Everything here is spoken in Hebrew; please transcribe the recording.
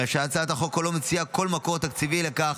הרי שהצעת החוק לא מציעה כל מקור תקציבי לכך,